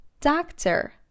doctor